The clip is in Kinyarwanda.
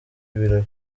ibirori